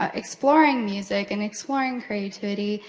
ah exploring music and exploring creativity,